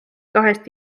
kahest